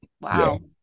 Wow